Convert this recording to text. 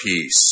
peace